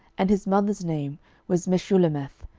and his mother's name was meshullemeth,